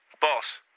boss